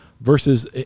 versus